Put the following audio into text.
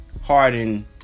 Harden